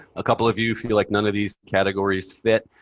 a couple of you feel like none of these categories fit.